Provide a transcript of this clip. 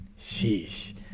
Sheesh